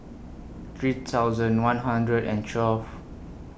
three thousand one hundred and twelve